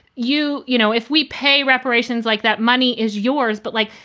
you you know, if we pay reparations like that, money is yours. but like,